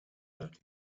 that